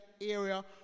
area